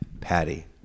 Patty